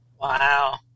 Wow